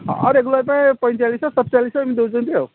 ହଁ ରେଗୁଲାର ପାଇଁ ପଇଁଚାଳିଶ ଶହ ସତଚାଳିଶ ଶହ ଏମିତି ଦେଉଛନ୍ତି ଆଉ